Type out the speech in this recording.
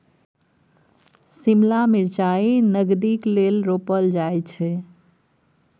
शिमला मिरचाई नगदीक लेल रोपल जाई छै